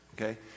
okay